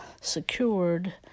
secured